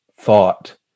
thought